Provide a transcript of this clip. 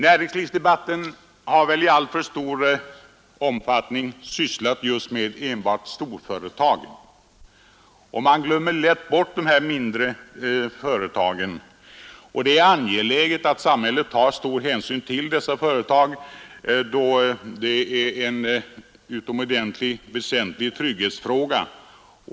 Näringslivsdebatten har väl i allför stor omfattning sysslat med storföretagen, och man glömmer lätt bort de viktiga mindre och medelstora företagen. Det är angeläget att samhället uppmärksammar även dessa företag då företagens utveckling är en väsentlig trygghetsfråga.